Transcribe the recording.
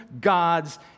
God's